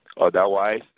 Otherwise